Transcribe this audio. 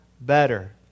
better